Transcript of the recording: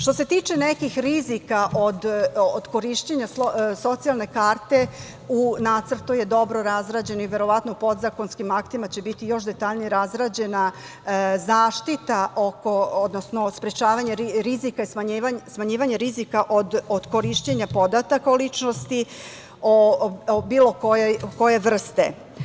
Što se tiče nekih rizika od korišćenja socijalne karte, u nacrtu je dobro razrađena i verovatno podzakonskim aktima će detaljno biti razrađena zaštita, odnosno sprečavanje rizika i smanjivanje rizika od korišćenja podataka o ličnosti bilo koje vrste.